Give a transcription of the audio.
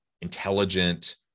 intelligent